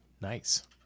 nice